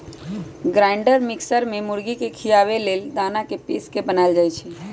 grinder mixer में मुर्गी के खियाबे लेल दना के पिस के बनाएल जाइ छइ